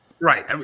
Right